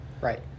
Right